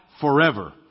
forever